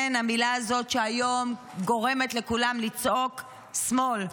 כן, המילה הזאת שהיום גורמת לכולם לצעוק שמאל.